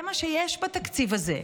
זה מה שיש בתקציב הזה.